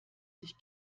sich